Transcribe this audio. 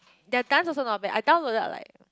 their dance also not bad I downloaded like